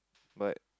but